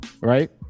Right